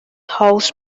house